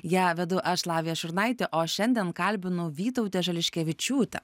ją vedu aš lavija šurnaitė o šiandien kalbinu vytautę žališkevičiūtę